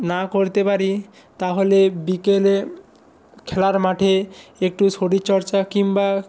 না করতে পারি তাহলে বিকেলে খেলার মাঠে একটু শরীরচর্চা কিংবা